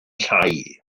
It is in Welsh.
llai